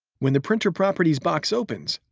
when the printer properties box opens,